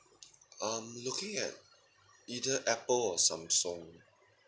I'm looking at either Apple or Samsung